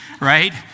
right